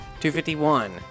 251